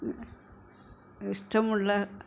ഇഷ്ടമുള്ള